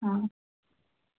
हां